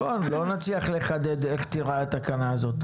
נכון, לא נצליח לחדד איך תיראה התקנה הזאת.